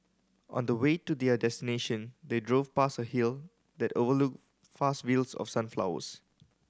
on the way to their destination they drove past a hill that overlooked fast views of sunflowers